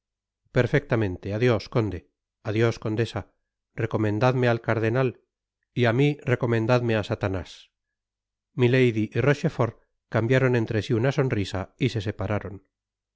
perfectamente adios conde adios condesa recomendadme al cardenal y á mi recomendadme á satanás milady y rochefort cambiaron entre si una sonrisa y se separaron